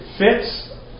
fits